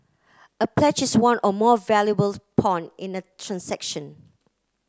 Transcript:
a pledge is one or more valuables pawn in a transaction